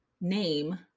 name